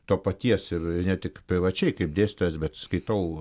to paties ir ne tik privačiai kaip dėstytojas bet skaitau